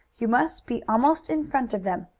you must be almost in front of them,